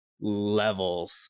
levels